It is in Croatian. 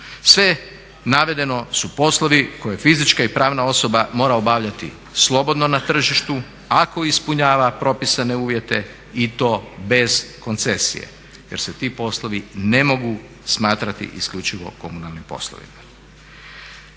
Sve navedeno su poslovi koje fizička i pravna osoba mora obavljati slobodno na tržištu ako ispunjava propisane uvjete i to bez koncesije jer se ti poslovi ne mogu smatrati isključivo komunalnim poslovima.